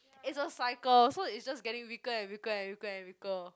it's a cycle so it's just getting weaker and weaker and weaker and weaker